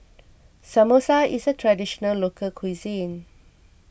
Samosa is a Traditional Local Cuisine